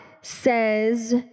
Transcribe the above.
says